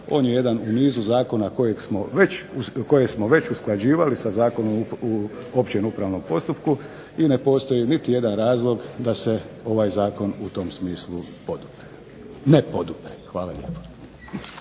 on je jedan u nizu zakona koje smo već usklađivali sa Zakonom o općem upravnom postupku i ne postoji niti jedan razlog da se ovaj zakon u tom smislu ne podupre. Hvala lijepo.